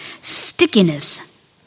Stickiness